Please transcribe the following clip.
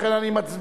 לכן אני מצביע,